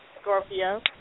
Scorpio